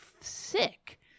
sick